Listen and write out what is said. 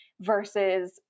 versus